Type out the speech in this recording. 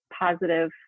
positive